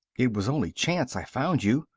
it was only chance i found you,